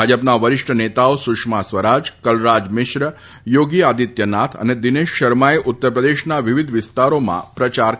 ભાજપના વરિષ્ઠ નેતાઓ સુષ્મા સ્વરાજ કલરાજ મિશ્ર યોગી આદિત્યનાથ અને દિનેશ શર્માએ ઉત્તરપ્રદેશના વિવિધ વિસ્તારોમાં પ્રચાર કર્યો હતો